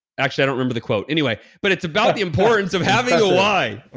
actually, i don't remember the quote. anyway, but it's about the importance of having a why.